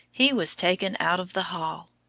he was taken out of the hall.